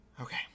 Okay